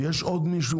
עוד מישהו